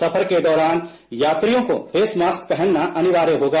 सफर के दौरान यात्रियों को फेस मास्क पहनना अनिवार्य होगा